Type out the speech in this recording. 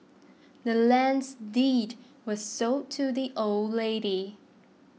the land's deed was sold to the old lady